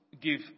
give